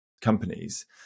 companies